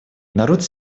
народ